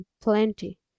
plenty